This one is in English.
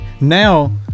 now